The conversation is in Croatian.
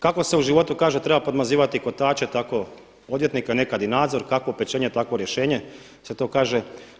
Kako se u životu kaže treba podmazivati kotače, tako i odvjetnika, nekad i nadzor, kakvo pečenje, takvo rješenje se to kaže.